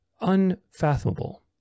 unfathomable